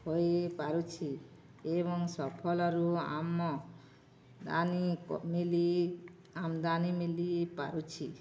ହୋଇପାରୁଛି ଏବଂ ଫସଲରୁ ଆମଦାନୀ ମିଳି ଆମଦାନୀ ମିଳି ପାରୁଛି